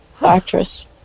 actress